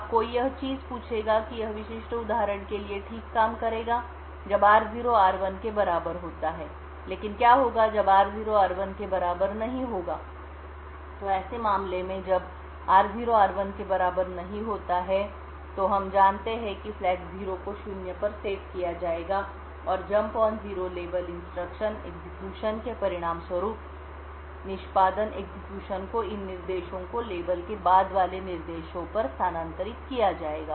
अब कोई यह चीज पूछेगा कि यह विशिष्ट उदाहरण के लिए ठीक काम करेगा जब r0 r1 के बराबर होता है लेकिन क्या होगा जब r0 r1 के बराबर नहीं होगा तो ऐसे मामले में जब r0 r1 के बराबर नहीं होता है तो हम जानते हैं कि फ्लैग 0 को शून्य पर सेट किया जाएगा और jump on zero label instruction execution के परिणामस्वरूप निष्पादनएग्जीक्यूशन को इन निर्देशों को लेबल के बाद वाले निर्देशों पर स्थानांतरित किया जाएगा